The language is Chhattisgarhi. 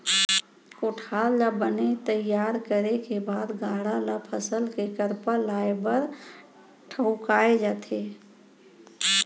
कोठार ल बने तइयार करे के बाद गाड़ा ल फसल के करपा लाए बर ठउकाए जाथे